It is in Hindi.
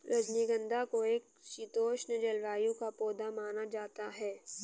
रजनीगंधा को एक शीतोष्ण जलवायु का पौधा माना जाता है